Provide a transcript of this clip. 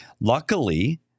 Luckily